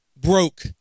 broke